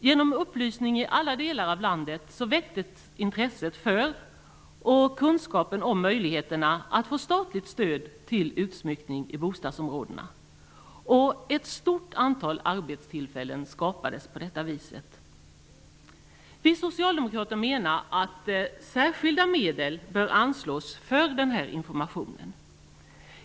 Genom upplysning i alla delar av landet väcktes intresset för och kunskapen om möjligheterna att få statligt stöd till utsmyckning i bostadsområdena. Ett stort antal arbetstillfällen skapades på detta vis. Vi socialdemokrater menar att särskilda medel bör anslås för denna information.